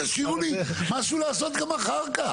תשאירו לי משהו לעשות גם אחר כך.